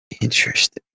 Interesting